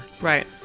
Right